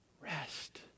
rest